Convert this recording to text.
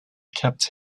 kept